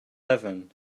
heaven